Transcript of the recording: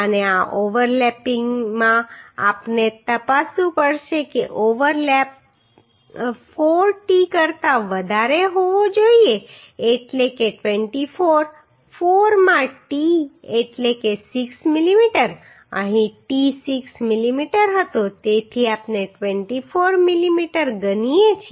અને આ ઓવરલેપિંગમાં આપણે તપાસવું પડશે કે ઓવરલેપ 4t કરતા વધારે હોવો જોઈએ એટલે કે 24 4 માં t એટલે કે 6 mm અહીં t 6 mm હતો તેથી આપણે 24 mm ગણીએ છીએ